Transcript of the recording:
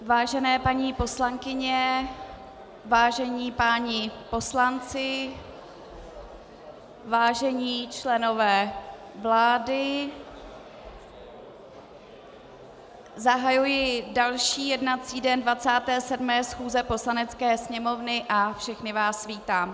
Vážené paní poslankyně, vážení páni poslanci, vážení členové vlády, zahajuji další jednací den 27. schůze Poslanecké sněmovny a všechny vás vítám.